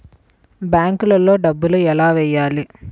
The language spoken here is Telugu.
బ్యాంక్లో డబ్బులు ఎలా వెయ్యాలి?